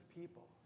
people